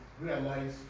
realize